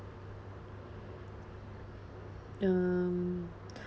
um